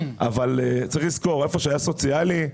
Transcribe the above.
אבל צריך לזכור שהיכן שהיה סוציאלי,